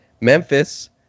Memphis